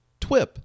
TWIP